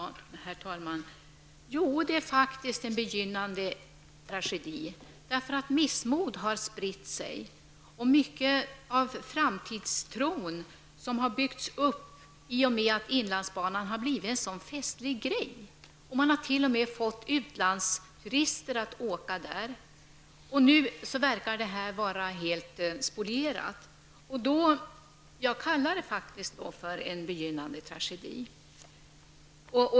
Herr talman! Det är faktiskt en begynnande tragedi, därför att missmod har spritt sig. Man har tappat mycket av framtidstron, som har byggts upp i och med att inlandsbanan har blivit en så festlig grej att man även fått utlandsturister att åka där. Nu verkar det vara helt spolierat. Då kallar jag det faktiskt för en begynnande tragedi.